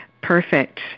Perfect